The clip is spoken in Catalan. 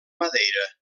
madeira